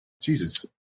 Jesus